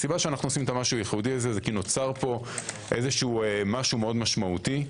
ואנו עושים זאת כי נוצר פה משהו מאוד משמעותי,